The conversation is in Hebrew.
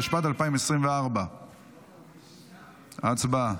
התשפ"ד 2024. הצבעה.